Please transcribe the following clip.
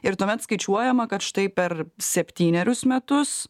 ir tuomet skaičiuojama kad štai per septynerius metus